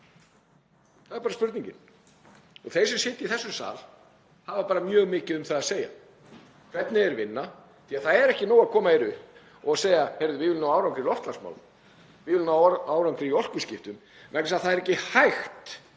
Það er bara spurningin. Þeir sem sitja í þessum sal hafa bara mjög mikið um það að segja hvernig þeir vinna því að það er ekki nóg að koma hér upp og segja: Heyrðu, við viljum ná árangri í loftslagsmálum. Við viljum ná árangri í orkuskiptum, vegna þess að það er ekki hægt